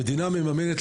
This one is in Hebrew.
המדינה מממנת,